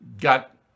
got